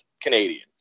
canadians